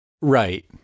Right